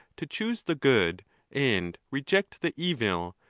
to choose the good and reject the evil,